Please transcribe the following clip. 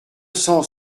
cent